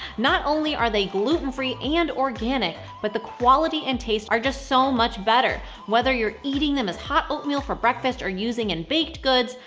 not only are they gluten-free and organic, but the quality and taste are just so much better, whether you're eating them as hot oatmeal for breakfast or using in baked goods,